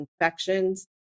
infections